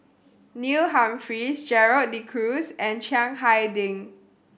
Neil Humphreys Gerald De Cruz and Chiang Hai Ding